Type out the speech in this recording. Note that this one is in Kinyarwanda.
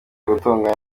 gutongana